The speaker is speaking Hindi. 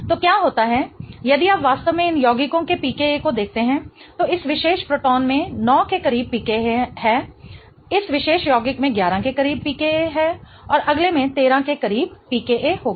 तो क्या होता है यदि आप वास्तव में इन यौगिकों के pKa को देखते हैं तो इस विशेष प्रोटॉन में 9 के करीब pKa है इस विशेष यौगिक में 11 के करीब pKa है और अगले में 13 के करीब pKa होगा